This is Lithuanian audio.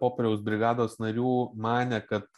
popieriaus brigados narių manė kad